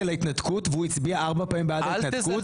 להתנתקות והוא הצביע ארבע פעמים בעד ההתנתקות?